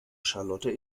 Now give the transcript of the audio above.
charlotte